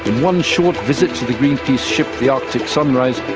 one short visit to the greenpeace ship, the arctic sunrise,